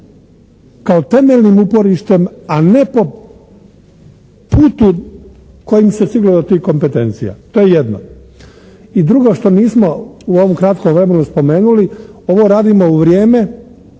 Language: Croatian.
kao temeljnim uporištem a ne po putu kojim se stiglo do tih kompetencija. To je jedno. I drugo što nismo u ovom kratkom vremenu spomenuli ovo radimo u vrijeme